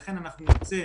לכן אנחנו נרצה,